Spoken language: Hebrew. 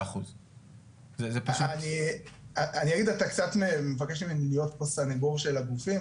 אתה קצת מבקש ממני להיות פה סניגור של הגופים,